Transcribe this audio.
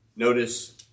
Notice